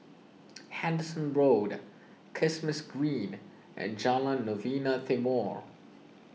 Henderson Road Kismis Green and Jalan Novena Timor